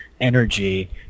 energy